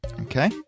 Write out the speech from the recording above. Okay